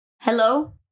Hello